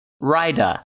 rider